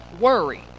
worry